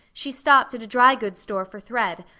she stopped at a dry goods store for thread,